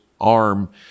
arm